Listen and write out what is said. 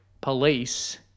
police